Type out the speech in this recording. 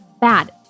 bad